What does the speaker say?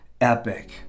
epic